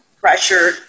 pressure